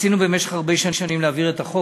ניסינו במשך הרבה שנים להעביר את החוק.